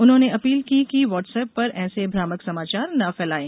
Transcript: उन्होंने अपील की कि व्हाटसअप पर ऐसे भ्रामक समाचार न फैलाये